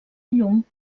llum